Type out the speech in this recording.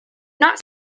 not